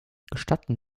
gestatten